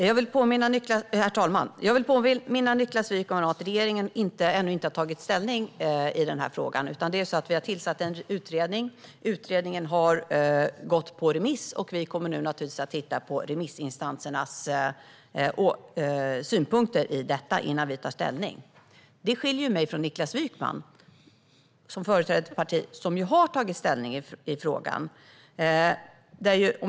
Herr talman! Jag vill påminna Niklas Wykman om att regeringen ännu inte har tagit ställning i denna fråga. Vi har tillsatt en utredning; utredningen har gått på remiss, och vi kommer nu naturligtvis att titta på remissinstansernas synpunkter innan vi tar ställning. Det skiljer mig från Niklas Wykman, som företräder ett parti som ju har tagit ställning i frågan.